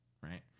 right